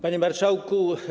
Panie Marszałku!